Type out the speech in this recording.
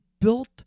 built